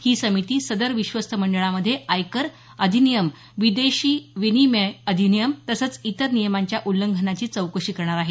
ही समिती सदर विश्वस्त मंडळामध्ये आयकर अधिनियम विदेशी विनिमय अधिनियम तसंच इतर नियमांच्या उल्लंघनाची चौकशी करणार आहे